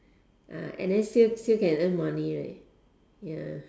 uh and then still still can earn money right ya